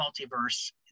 multiverse